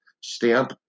stamp